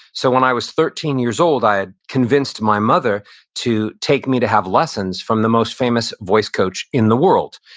so when i was thirteen years old, i convinced my mother to take me to have lessons from the most famous voice coach in the world.